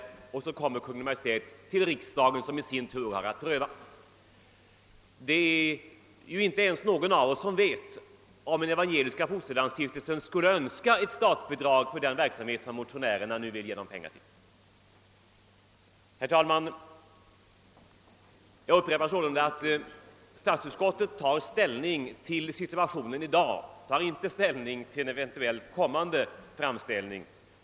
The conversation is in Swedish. Därefter vänder sig Kungl. Maj:t till riksdagen som i sin tur har att pröva frågan. Ingen av oss vet om Evangeliska fosterlandsstiftelsen önskar ett bidrag till den verksamhet som motionärerna nu vill stödja. Jag upprepar att statsutskottet tagit ställning till dagens situation men inte till en eventuellt kommande framställning.